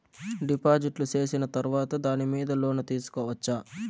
డిపాజిట్లు సేసిన తర్వాత దాని మీద లోను తీసుకోవచ్చా?